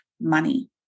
money